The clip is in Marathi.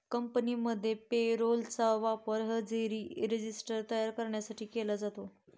कंपनीमध्ये पे रोल चा वापर हजेरी रजिस्टर तयार करण्यासाठी पण केला जातो